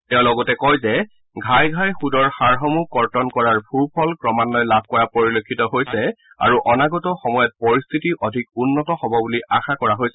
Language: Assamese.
তেওঁ লগতে কয় যে ঘাই ঘাই সুদৰ হাৰসমূহ কৰ্তন কৰাৰ সুফল ক্ৰমাঘয়ে লাভ কৰা পৰিলক্ষিত হৈছে আৰু অনাগত সময়ত পৰিস্থিতি অধিক উন্নত হব বুলি আশা কৰা হৈছে